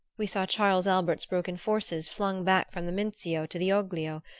we saw charles albert's broken forces flung back from the mincio to the oglio,